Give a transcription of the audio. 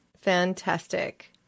Fantastic